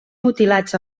mutilats